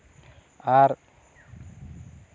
ᱟᱨ